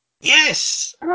Yes